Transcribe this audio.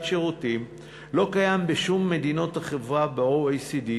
שירותים לא קיים בשום מדינה החברה ב-OECD,